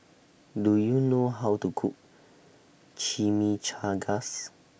Do YOU know How to Cook Chimichangas